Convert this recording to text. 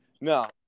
No